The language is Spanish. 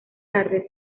tarde